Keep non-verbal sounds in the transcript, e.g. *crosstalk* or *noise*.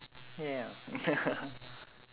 ya *laughs*